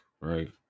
right